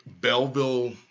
Belleville